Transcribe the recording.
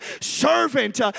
servant